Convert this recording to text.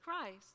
Christ